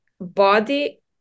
body